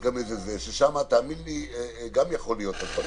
ושם, תאמין לי, גם יכולות להיות הדבקות.